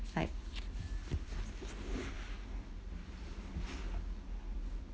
like